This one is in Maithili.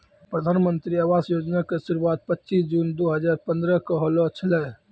प्रधानमन्त्री आवास योजना के शुरुआत पचीश जून दु हजार पंद्रह के होलो छलै